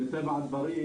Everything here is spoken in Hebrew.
מטבע הדברים,